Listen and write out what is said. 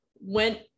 went